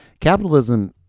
capitalism